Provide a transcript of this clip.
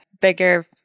bigger